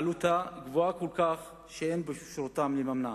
עלותה גבוהה כל כך, שאין באפשרותם לממנה.